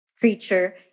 creature